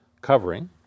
covering